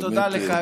תודה לך,